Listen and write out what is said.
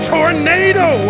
Tornado